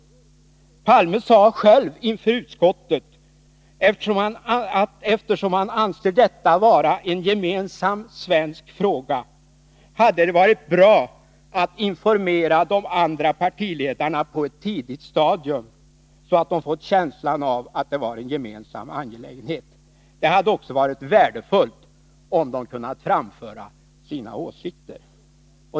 Olof Palme sade själv inför utskottet att eftersom han anser detta vara en gemensam svensk fråga, hade det varit bra att informera de andra partiledarna på ett tidigt stadium, så att de fått känslan av att det var en gemensam angelägenhet. Det hade också varit värdefullt om de kunnat framföra sina åsikter.